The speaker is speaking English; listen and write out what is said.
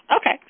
Okay